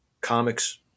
comics